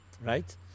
Right